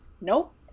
nope